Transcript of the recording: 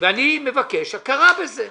ואני מבקש הכרה בהן.